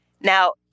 Now